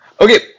Okay